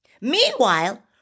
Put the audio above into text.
Meanwhile